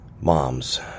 Moms